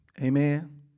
Amen